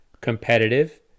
competitive